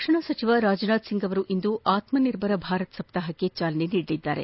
ರಕ್ಷಣಾ ಸಚಿವ ರಾಜನಾಥ್ ಸಿಂಗ್ ಅವರು ಇಂದು ಆತ್ಸನಿರ್ಧರ್ ಭಾರತ್ ಸಪ್ತಾಹಕ್ಕೆ ಚಾಲನೆ ನೀಡಲಿದ್ದಾರೆ